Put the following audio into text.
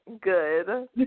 good